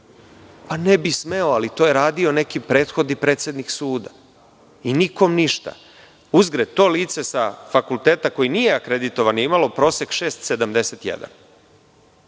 ne bi smeo, ali to je radio neki prethodni predsednik suda i nikom ništa. Uzgred, to lice sa fakulteta koji nije akreditovan je imalo prosek 6,71,